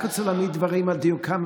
אני רק רוצה להעמיד דברים על דיוקם.